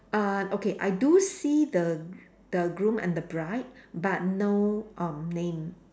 uh okay I do see the the groom and the bride but no um name